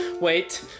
Wait